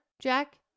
Jack